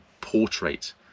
portrait